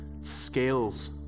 scales